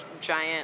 giant